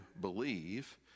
believe